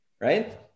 Right